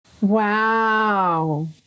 Wow